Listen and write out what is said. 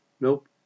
Nope